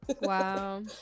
Wow